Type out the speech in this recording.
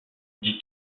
dis